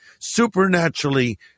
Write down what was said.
supernaturally